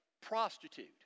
prostitute